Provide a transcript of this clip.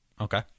Okay